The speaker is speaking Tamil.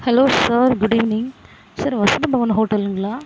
hello sir good evening sir Vasanthabhavan ஹோட்டலுங்களா